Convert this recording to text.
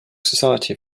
society